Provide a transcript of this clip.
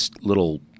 little